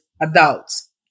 adults